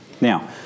Now